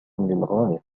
للغاية